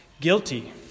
guilty